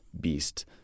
beast